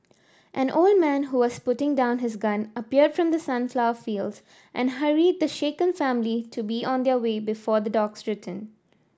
an old man who was putting down his gun appeared from the sunflower fields and hurried the shaken family to be on their way before the dogs return